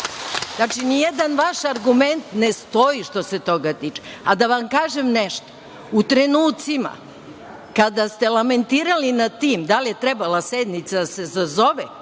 ni jedan vaš argument ne stoji što se toga tiče. Da vam kažem nešto, u trenucima kada ste lamentirali na tim, da li je trebala sednica da se sazove